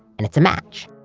and it's match.